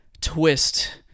twist